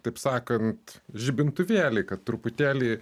taip sakant žibintuvėlį kad truputėlį